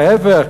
להפך.